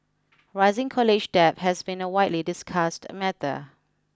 rising college debt has been a widely discussed matter